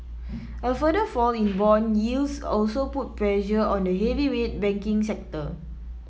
a further fall in bond yields also put pressure on the heavyweight banking sector